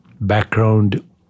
background